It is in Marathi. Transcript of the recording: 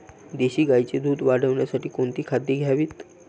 देशी गाईचे दूध वाढवण्यासाठी कोणती खाद्ये द्यावीत?